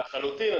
לחלוטין.